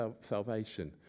salvation